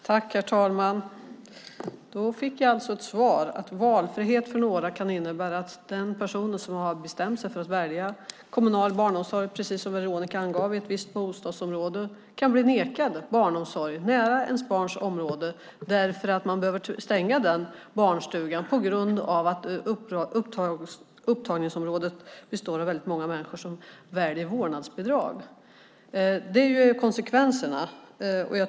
Herr talman! Då fick jag svar, nämligen att valfrihet för några kan innebära att den som bestämt sig för att välja kommunal barnomsorg i ett visst bostadsområde, precis som Veronica tog upp, kan bli nekad barnomsorg i närheten eftersom barnstugan i området behöver stängas då många människor i det upptagningsområdet väljer vårdnadsbidrag. Vi ser att det blir konsekvensen.